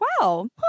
wow